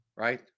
Right